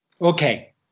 Okay